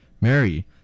Mary